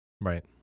right